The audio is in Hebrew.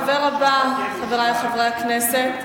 הדובר הבא, חברי חברי הכנסת,